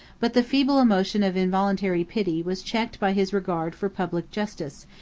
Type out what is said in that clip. but the feeble emotion of involuntary pity was checked by his regard for public justice,